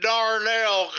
Darnell